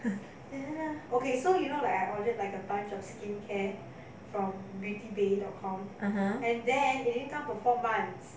o